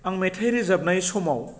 आं मेथाइ रोजाबनाय समाव